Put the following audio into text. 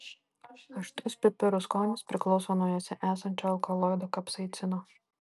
aštrus pipirų skonis priklauso nuo juose esančio alkaloido kapsaicino